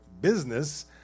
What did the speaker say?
business